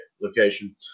location